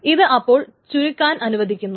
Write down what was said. ഇത് അപ്പോൾ ചുരുക്കാൻ അനുവദിക്കുന്നു